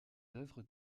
œuvres